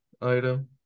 item